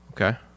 Okay